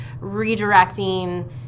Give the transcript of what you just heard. redirecting